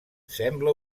sembla